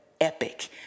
epic